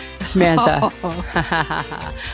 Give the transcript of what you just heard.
Samantha